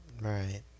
Right